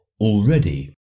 already